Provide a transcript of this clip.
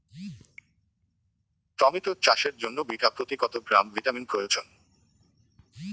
Tomato চাষের জন্য বিঘা প্রতি কত গ্রাম ভিটামিন প্রয়োজন?